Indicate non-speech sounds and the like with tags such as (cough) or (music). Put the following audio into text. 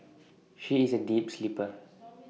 she is A deep sleeper (noise)